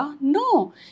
No